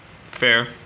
Fair